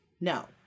no